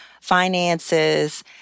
finances